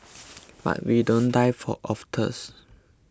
but we don't die of